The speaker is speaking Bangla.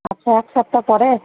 আচ্ছা এক সপ্তাহ পরে